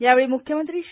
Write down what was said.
यावेळी मुख्यमंत्री श्री